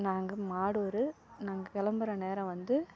நாங்கள் மாடூர் நாங்கள் கிளம்புற நேரம் வந்து